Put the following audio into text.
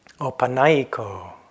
Opanaiko